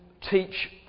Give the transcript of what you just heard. teach